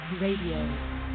Radio